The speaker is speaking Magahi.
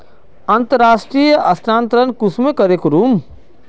अंतर्राष्टीय स्थानंतरण कुंसम करे करूम?